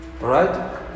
Right